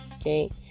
okay